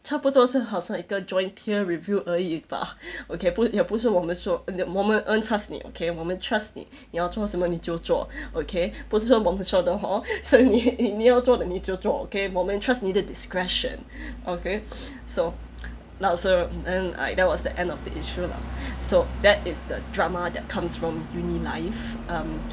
差不多是好像一个 joint peer review 而已吧 okay 不也不是我们说我们 trust 你 okay 我们 trust 你你要做什么你就做 okay 不是我们说的 hor 是你你要做的你就做 okay 我们 trust 你的 discretion okay so now so then like that was the end of the issue lah so that is the drama that comes from uni life